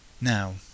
Now